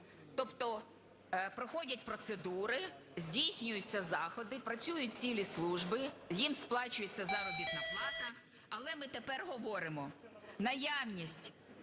Тобто проходять процедури, здійснюються заходи, працюють цілі служби, їм сплачується заробітна плата, але ми тепер говоримо, наявність